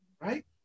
right